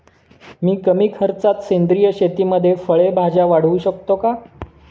मी कमी खर्चात सेंद्रिय शेतीमध्ये फळे भाज्या वाढवू शकतो का?